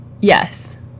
yes